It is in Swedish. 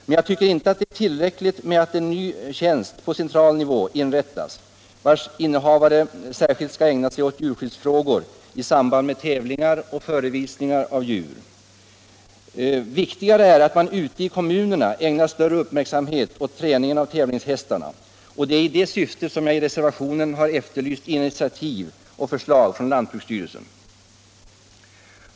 Men jag tycker inte att det är tillräckligt att en ny tjänst på central nivå inrättas, vars innehavare särskilt skall ägna sig åt djurskyddsfrågor i samband med tävlingar och förevisningar av djur. Viktigare är att man ute i kommunerna ägnar större uppmärksamhet åt träningen av tävlingshästarna, och det är i det syftet som jag i reservationen har efterlyst initiativ och förslag från lantbruksstyrelsen.